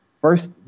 first